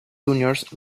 juniors